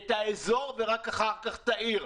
את האזור ורק אחר כך את העיר.